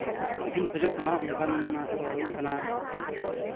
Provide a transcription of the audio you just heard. ᱤᱫᱤᱧ ᱠᱷᱚᱡᱚᱜ ᱠᱟᱱᱟ ᱚᱱᱠᱟᱱᱟᱜ ᱫᱚ ᱦᱩᱭᱩᱜ ᱠᱟᱱᱟ